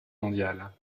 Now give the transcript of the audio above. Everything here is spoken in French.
mondiale